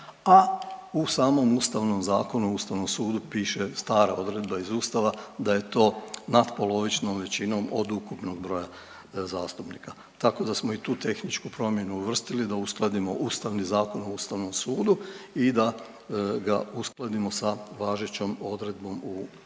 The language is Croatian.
a u samom Ustavnom zakonu o Ustavnom sudu piše stara odredba iz Ustava da je to natpolovičnom većinom od ukupnog broja zastupnika, tako da smo i tu tehničku promjenu uvrstili da uskladimo Ustavni zakon o Ustavnom sudu i da ga uskladimo sa važećom odredbom u Ustavu.